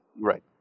Right